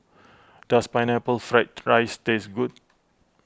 does Pineapple Fried Rice taste good